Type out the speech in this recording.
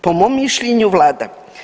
Po mom mišljenju Vlada.